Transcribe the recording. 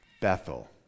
Bethel